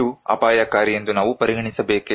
ಇದು ಅಪಾಯಕಾರಿ ಎಂದು ನಾವು ಪರಿಗಣಿಸಬೇಕೇ